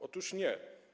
Otóż nie.